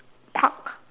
park